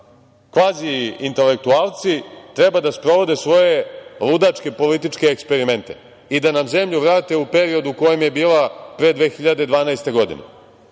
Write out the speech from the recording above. kvazi intelektualci, treba da sprovode svoje ludačke eksperimente i da nam zemlju vrate u period u kojem je bila pre 2012. godine.